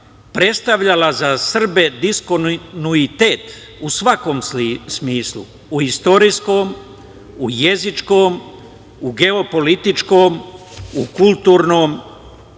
predstavljala za Srbe diskonuitet u svakom smislu, u istorijskom, u jezičkom, u geopolitičkom, u kulturnom